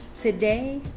Today